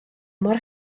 mor